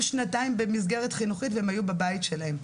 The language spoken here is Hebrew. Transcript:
שנתיים במסגרת חינוכית והם היו בבית שלהם.